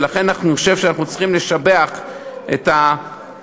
ולכן אני חושב שאנחנו צריכים לשבח את המדינה,